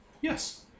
yes